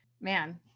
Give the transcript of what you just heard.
man